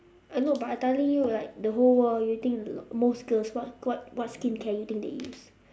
I know but I telling you like the whole world you think most girls what what what skincare you think they use